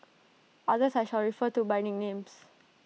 others I shall refer to by nicknames